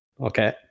Okay